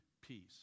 peace